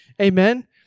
Amen